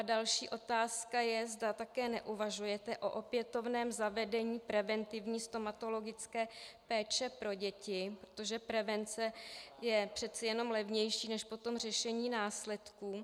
Další otázka je, zda také neuvažujete o opětovném zavedení preventivní stomatologické péče pro děti, protože prevence je přece jen levnější než řešení následků.